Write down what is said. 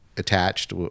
Attached